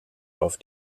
auf